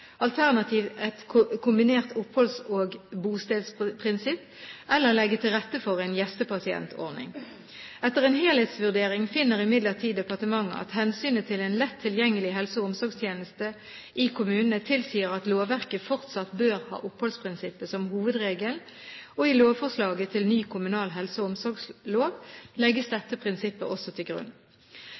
et bostedsprinsipp, alternativt et kombinert oppholds- og bostedsprinsipp, eller legge til rette for en gjestepasientordning. Etter en helhetsvurdering finner imidlertid departementet at hensynet til en lett tilgjengelig helse- og omsorgstjeneste i kommunene tilsier at lovverket fortsatt bør ha oppholdsprinsippet som hovedregel, og i lovforslaget til ny kommunal helse- og omsorgslov legges dette prinsippet også til grunn.